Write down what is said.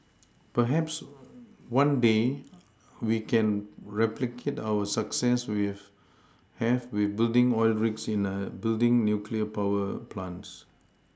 perhaps one day we can replicate our success we have with building oil rigs in building nuclear power plants